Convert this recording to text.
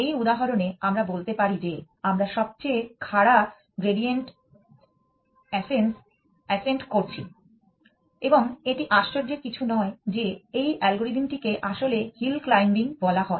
এই উদাহরণে আমরা বলতে পারি যে আমরা সবচেয়ে খাড়া গ্রেডিয়েন্ট অ্যাসেন্ট করছি এবং এটি আশ্চর্যের কিছু নয় যে এই অ্যালগরিদমটিকে আসলে হিল ক্লাইম্বিং বলা হয়